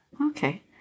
Okay